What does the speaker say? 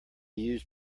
used